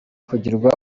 kugirwa